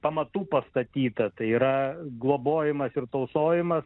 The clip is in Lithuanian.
pamatų pastatyta tai yra globojimas ir tausojimas